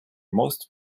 most